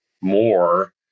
more